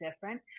different